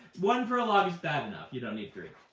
one prologue is bad enough. yeah don't need three.